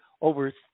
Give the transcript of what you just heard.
over